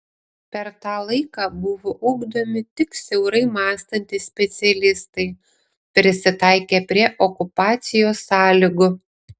per tą laiką buvo ugdomi tik siaurai mąstantys specialistai prisitaikę prie okupacijos sąlygų